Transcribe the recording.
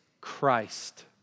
Christ